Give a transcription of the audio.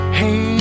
hey